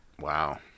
Wow